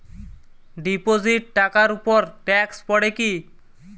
Deposit টাকার উপর tax পড়ে কি?